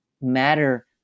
matter